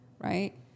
right